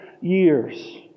years